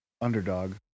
underdog